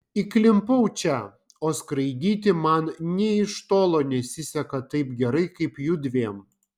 įklimpau čia o skraidyti man nė iš tolo nesiseka taip gerai kaip judviem